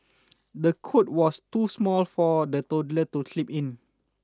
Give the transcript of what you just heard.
the cot was too small for the toddler to sleep in